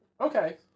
Okay